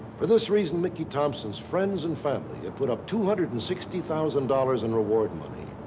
for this reason, mickey thompson's friends and family have put up two hundred and sixty thousand dollars in reward money.